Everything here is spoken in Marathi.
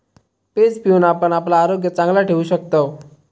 पेज पिऊन आपण आपला आरोग्य चांगला ठेवू शकतव